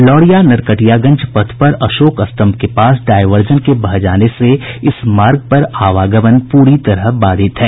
लौरिया नरकटियागंज पथ पर अशोक स्तंभ के पास डायर्वजन के बह जाने से इस मार्ग पर आवागमन पूरी तरह बाधित है